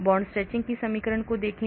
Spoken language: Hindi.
बॉन्ड स्ट्रेचिंग के समीकरण को देखें